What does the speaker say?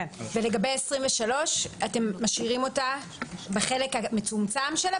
לגבי 23 אתם משאירים אותה בחלק המצומצם שלה,